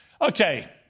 Okay